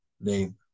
name